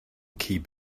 key